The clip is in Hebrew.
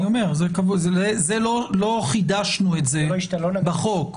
זה לא חידשנו את זה בחוק,